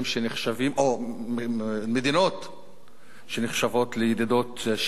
או מדינות שנחשבות לידידות של ישראל,